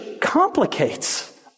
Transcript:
complicates